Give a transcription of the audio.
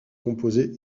composée